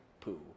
poo